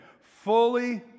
Fully